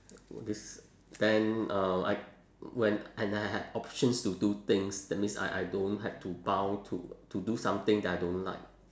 this then uh like when and I had options to do things that means I I don't have to bound to to do something that I don't like